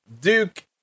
Duke